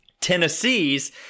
Tennessee's